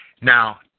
Now